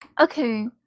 Okay